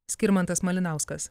skirmantas malinauskas